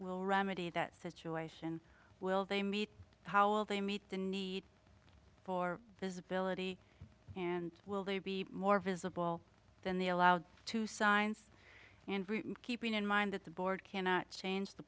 will remedy that situation will they meet powell they meet the need for visibility and will they be more visible than the allowed two signs and keeping in mind that the board cannot change the